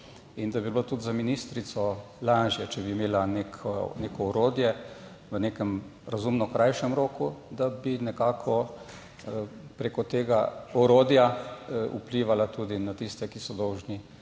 in da bi bilo tudi za ministrico lažje, če bi imela neko orodje v nekem razumno krajšem roku, da bi nekako prek tega orodja vplivala tudi na tiste, ki so dolžni